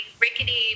rickety